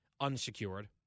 unsecured